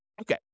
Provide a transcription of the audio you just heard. Okay